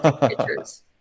Pictures